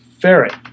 Ferret